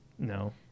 No